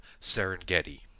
Serengeti